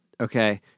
Okay